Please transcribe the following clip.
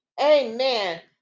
Amen